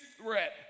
threat